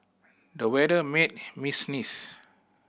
the weather made me sneeze